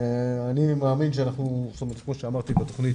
אני מאמין כמו שאמרתי בתוכנית